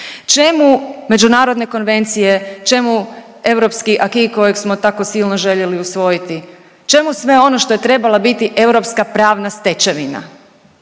Čemu međunarodne konvencije, čemu europski acquis kojeg smo tako silno željeli usvojiti, čemu sve ono što je trebala biti europska pravna stečevina